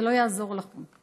זה לא יעזור לכם.